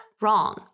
wrong